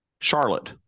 Charlotte